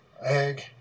egg